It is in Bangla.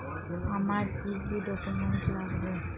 আমার কি কি ডকুমেন্ট লাগবে?